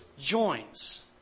joints